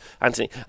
Anthony